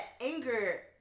anger